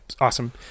Awesome